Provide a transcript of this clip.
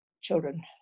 children